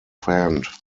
hand